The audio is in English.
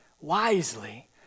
wisely